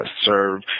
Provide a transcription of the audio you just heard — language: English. serve